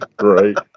Right